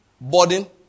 boarding